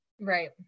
Right